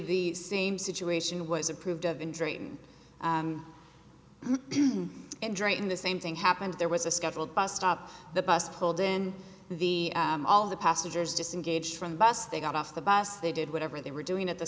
the same situation was approved of injury and during the same thing happened there was a scheduled bus stop the bus pulled in the all of the passengers disengaged from the bus they got off the bus they did whatever they were doing at t